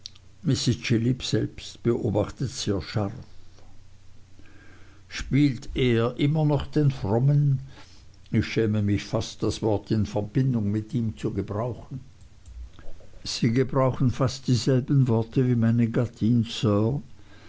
selbst beobachtet sehr scharf spielt er immer noch den frommen ich schäme mich fast das wort in verbindung mit ihm zu gebrauchen sie gebrauchen fast dieselben worte wie meine gattin sir